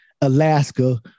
Alaska